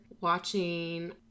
watching